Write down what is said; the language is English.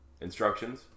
instructions